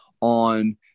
on